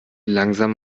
langsam